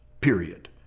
period